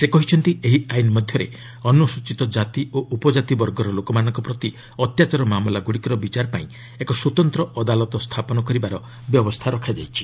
ସେ କହିଛନ୍ତି ଏହି ଆଇନ୍ ମଧ୍ୟରେ ଅନୁସ୍ଚୀତ ଜାତି ଓ ଉପଜାତି ବର୍ଗର ଲୋକମାନଙ୍କ ପ୍ରତି ଅତ୍ୟାଚାର ମାମଲାଗୁଡ଼ିକର ବିଚାର ପାଇଁ ଏକ ସ୍ୱତନ୍ତ ଅଦାଳତ ସ୍ଥାପନ କରିବାର ବ୍ୟବସ୍ଥା ରଖାଯାଇଛି